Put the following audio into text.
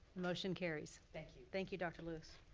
motion carries. thank you. thank you dr. lewis